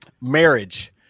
marriage